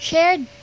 Shared